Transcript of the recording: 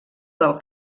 del